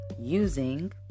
using